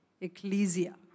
ecclesia